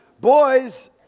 boys